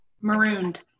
marooned